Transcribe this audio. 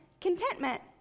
contentment